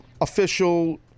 official